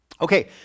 Okay